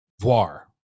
voir